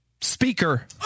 Speaker